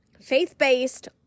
faith-based